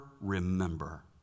remember